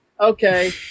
okay